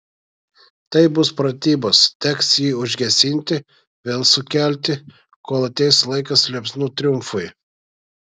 tai bus pratybos teks jį užgesinti vėl sukelti kol ateis laikas liepsnų triumfui